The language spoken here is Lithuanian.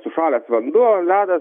sušalęs vanduo ledas